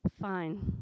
fine